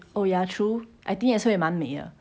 oh ya true I think 也是会蛮美的